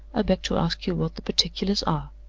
beg to ask you what the particulars are?